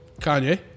Kanye